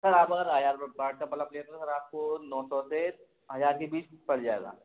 sir आप अगर हज़ार बाट का बलफ लेते हो सर आपको नौ सौ से हज़ार के बीच पड़ जाएगा